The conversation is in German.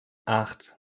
acht